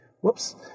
whoops